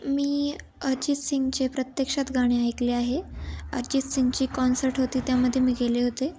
मी अर्जित सिंगचे प्रत्यक्षात गाणे ऐकले आहे अर्जित सिंगची कॉन्सर्ट होती त्यामध्ये मी गेले होते